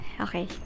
Okay